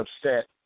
upset